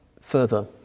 further